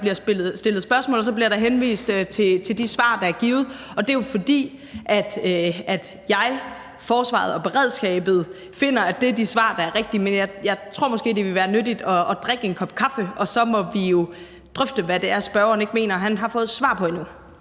der bliver stillet spørgsmål, og så bliver der henvist til de svar, der er givet, og det er jo, fordi jeg, forsvaret og beredskabet finder, at det er de svar, der er rigtige. Men jeg tror måske, det vil være nyttigt at drikke en kop kaffe, og så må vi jo drøfte, hvad det er, spørgeren ikke mener han har fået svar på endnu.